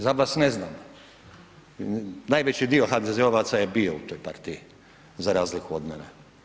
Za vas ne znam, najveći dio HDZ-ovaca je bio u toj partiji, za razliku od mene.